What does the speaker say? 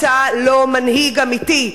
אתה לא מנהיג אמיתי,